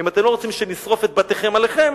אם אתם לא רוצים שנשרוף את בתיכם עליכם,